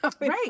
Right